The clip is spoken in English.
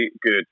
good